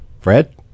Fred